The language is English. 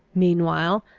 meanwhile,